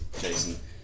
Jason